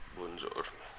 Buongiorno